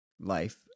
life